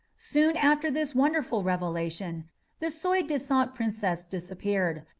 soon after this wonderful revelation the soi disant princess disappeared,